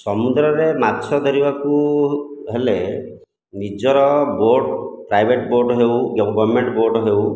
ସମୁଦ୍ରରେ ମାଛ ଧରିବାକୁ ହେଲେ ନିଜର ବୋଟ୍ ପ୍ରାଇଭେଟ୍ ବୋଟ୍ ହେଉ ବା ଗଭର୍ନମେଣ୍ଟ ବୋଟ୍ ହେଉ